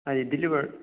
ꯍꯥꯏꯗꯤ ꯗꯤꯂꯤꯚꯔ